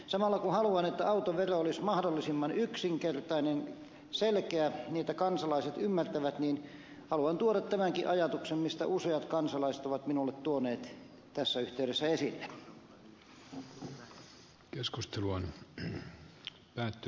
samalla kun haluan että autovero olisi mahdollisimman yksinkertainen selkeä niin että kansalaiset sen ymmärtävät niin haluan tuoda tämänkin ajatuksen minkä useat kansalaiset ovat minulle tuoneet tässä yhteydessä esille